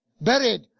buried